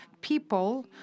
people